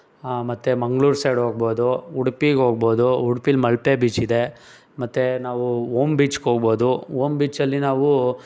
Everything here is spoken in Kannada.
ಹಾಂ ಮತ್ತು ಮಂಗ್ಳೂರು ಸೈಡ್ ಹೋಗ್ಬೋದು ಉಡ್ಪಿಗೆ ಹೋಗ್ಬೋದು ಉಡ್ಪಿಲಿ ಮಲ್ಪೆ ಬೀಚ್ ಇದೆ ಮತ್ತು ನಾವು ಓಮ್ ಬೀಚ್ಗೆ ಹೋಗ್ಬೋದು ಓಮ್ ಬೀಚಲ್ಲಿ ನಾವು